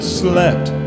slept